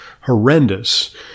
horrendous